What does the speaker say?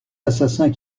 assassins